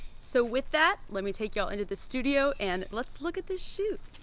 so with that, let me take you all into the studio and let's look at the shoot.